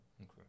Okay